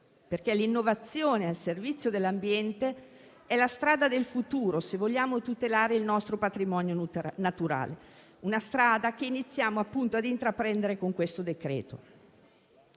perché l'innovazione al servizio dell'ambiente è la strada del futuro, se vogliamo tutelare il nostro patrimonio naturale; una strada che iniziamo ad intraprendere con questo decreto-legge.